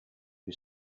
who